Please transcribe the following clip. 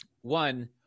one